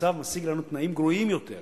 המצב משיג לנו תנאים גרועים יותר.